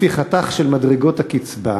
לפי חתך של מדרגות הקצבה?